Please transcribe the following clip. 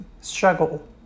struggle